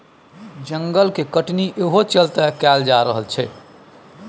जंगल के कटनी इहो चलते कएल जा रहल छै